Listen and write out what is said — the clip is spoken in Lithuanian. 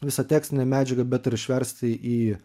visą tekstinę medžiagą bet ir išversti į